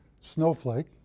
snowflake